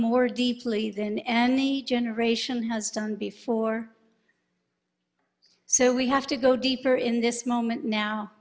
more deeply than any generation has done before so we have to go deeper in this moment now